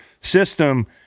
system